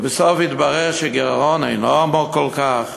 לבסוף התברר שהגירעון אינו עמוק כל כך